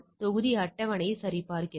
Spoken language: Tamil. தொகுதி அட்டவணையை சரிபார்க்கிறது